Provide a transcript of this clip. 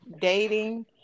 dating